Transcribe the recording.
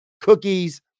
cookies